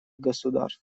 государств